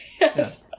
Yes